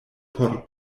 por